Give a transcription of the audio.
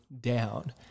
down